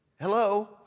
Hello